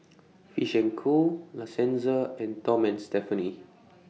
Fish and Co La Senza and Tom and Stephanie